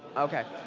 okay,